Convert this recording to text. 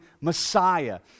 Messiah